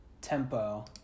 tempo